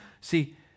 See